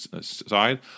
side